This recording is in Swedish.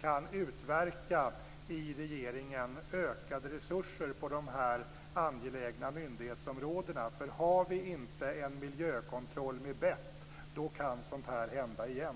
sättet att hon i regeringen kan utverka ökade resurser på de här angelägna myndighetsområdena. Har vi inte en miljökontroll med bett kan sådant här hända igen.